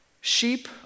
Sheep